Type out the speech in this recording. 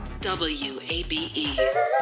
WABE